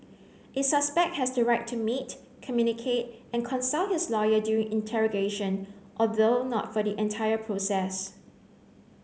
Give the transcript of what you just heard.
a suspect has the right to meet communicate and consult his lawyer during interrogation although not for the entire process